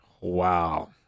Wow